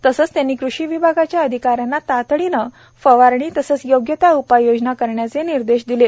तसेच त्यांनी कृषी विभागाच्या अधिकाऱ्यांना तातडीने फवारणी तसेच योग्य त्या उपाययोजना करण्याचे निर्देश दिले